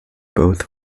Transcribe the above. both